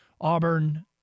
Auburn